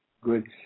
good